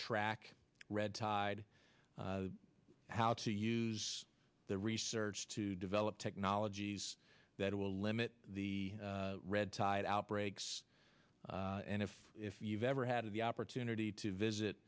track red tide how to use the research to develop technologies that will limit the red tide outbreaks and if you've ever had the opportunity to visit